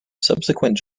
subsequent